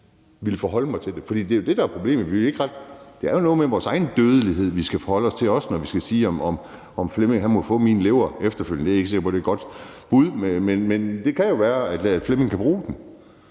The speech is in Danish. vil forholde mig til det. For det er jo det, der er problemet. Det er jo noget med vores egen dødelighed, vi også skal forholde os til – når jeg skal sige, om Flemming må få min lever efterfølgende. Jeg er ikke sikker på, at det er et godt bud, men det kan jo være, at Flemming kan bruge den.